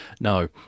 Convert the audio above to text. no